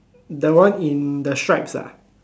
that one in the stripes ah